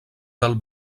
del